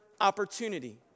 opportunity